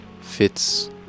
fits